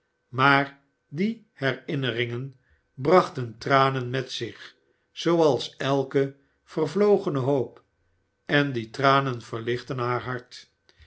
maar die herinneringen brachten tranen met zich zooals elke vervlogene hoop en die tranen verlichtten haar hart